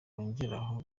yongeyeho